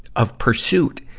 of pursuit.